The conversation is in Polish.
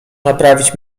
naprawić